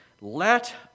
let